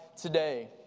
today